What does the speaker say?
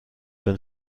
been